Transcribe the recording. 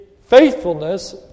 faithfulness